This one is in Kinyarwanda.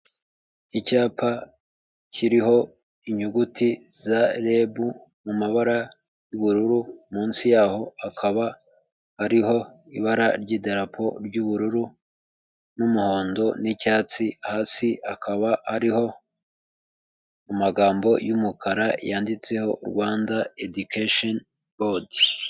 Icyapa kiriho inyuguti za rebu mu mabara y'ubururu, munsi yaho akaba ariho ibara ry'idarapo ry'ubururu n'umuhondo n'icyatsi, hasi akaba ariho amagambo y'umukara yanditseho Rwanda edikesheni bodi.